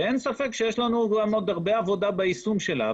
ואין ספק שיש לנו עוד הרבה עבודה ביישום שלה.